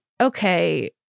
okay